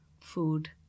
food